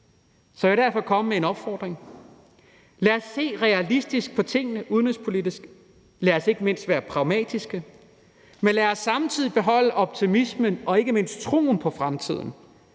Så jeg vil derfor komme med en opfordring: Lad os se realistisk på tingene udenrigspolitisk, og lad os ikke mindst være pragmatiske, men lad og samtidig beholde optimismen og ikke mindst troen på fremtiden.